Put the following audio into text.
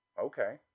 okay